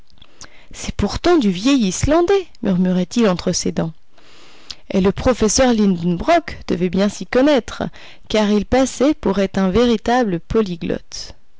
c'est pourtant du vieil islandais murmurait-il entre ses dents et le professeur lidenbrock devait bien s'y connaître car il passait pour être un véritable polyglotte